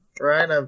right